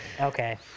Okay